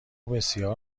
بسیار